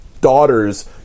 daughters